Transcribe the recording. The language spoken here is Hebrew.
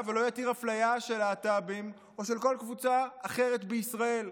ולא יתיר אפליה של להט"בים או של כל קבוצה אחרת בישראל.